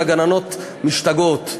והגננות משתגעות?